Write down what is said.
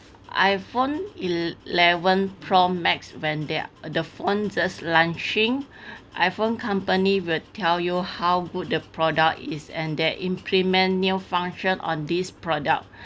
iphone eleven pro max when they're the phone just launching iphone company will tell you how good the product is and they implement new function on this product